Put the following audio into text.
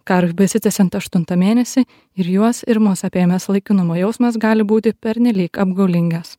karui besitęsiant aštuntam mėnesy ir juos ir mus apėmęs laikinumo jausmas gali būti pernelyg apgaulingas